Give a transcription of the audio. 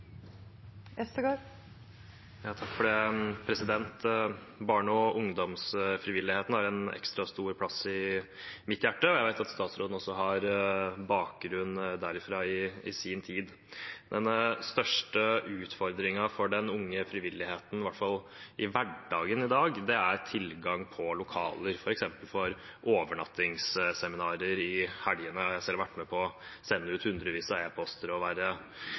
Barne- og ungdomsfrivilligheten har en ekstra stor plass i mitt hjerte, og jeg vet at statsråden også har bakgrunn fra den i sin tid. Den største utfordringen for den unge frivilligheten, i hvert fall i hverdagen i dag, er tilgang på lokaler, f.eks. for overnattingsseminarer i helgene. Jeg har selv vært med på å sende ut hundrevis av e-poster og